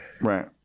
Right